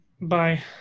Bye